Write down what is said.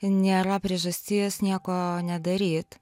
nėra priežasties nieko nedaryt